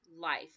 life